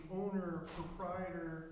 owner-proprietor